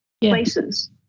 places